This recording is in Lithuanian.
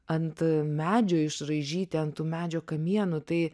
ant medžio išraižyti ant tų medžių kamienų tai